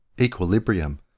equilibrium